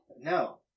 No